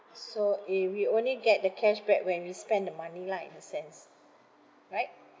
so uh we only get the cashback when we spend the money lah in a sense right